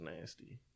nasty